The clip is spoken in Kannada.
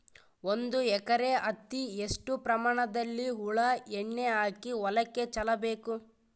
ಒಂದು ಎಕರೆ ಹತ್ತಿ ಎಷ್ಟು ಪ್ರಮಾಣದಲ್ಲಿ ಹುಳ ಎಣ್ಣೆ ಹಾಕಿ ಹೊಲಕ್ಕೆ ಚಲಬೇಕು?